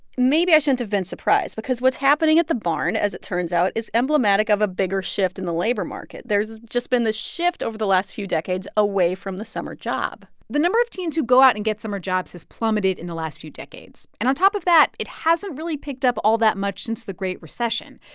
maybe i shouldn't have been surprised because what's happening at the barn, as it turns out, is emblematic of a bigger shift in the labor market. there's just been this shift over the last few decades away from the summer job the number of teens who go out and get summer jobs has plummeted in the last few decades. and on top of that, it hasn't really picked up all that much since the great recession,